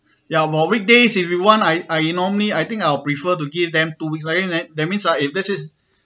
ya about weekdays if you want I I normally I think I'll prefer to give them two weeks lah telling them that means uh if this is